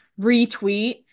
retweet